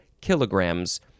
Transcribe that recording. kilograms